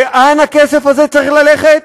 לאן הכסף הזה צריך ללכת?